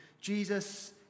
Jesus